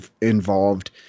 involved